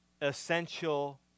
essential